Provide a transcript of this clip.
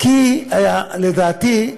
כי לדעתי,